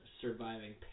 surviving